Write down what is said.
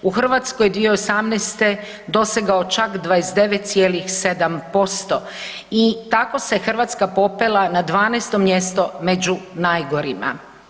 U Hrvatskoj 2018. dosegao čak 29,7% i tako se Hrvatska popela na 12. mjesto među najgorima.